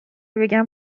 بگم